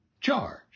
charge